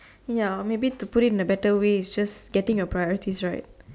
ya maybe to put it in a better way it's just getting your priorities right